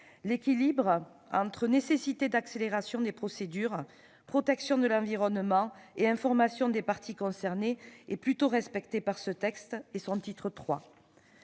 L'équilibre entre nécessité d'accélération des procédures, protection de l'environnement et information des parties concernées est plutôt respecté. Je pense à l'article